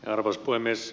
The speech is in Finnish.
arvoisa puhemies